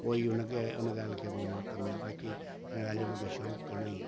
पोइ ई उन खे उन ॻाल्हि खे पोइ मां कंदो आहियां बाक़ी हिन ॻाल्हि जो मूंखे शौक़ु घणो ई आहे